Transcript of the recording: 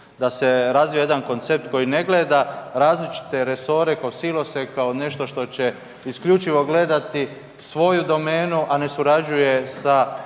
da se razvije jedan koncept koji ne gleda različite resore kao silose, kao nešto što će isključivo gledati svoju domenu a ne surađuje sa